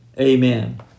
Amen